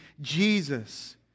Jesus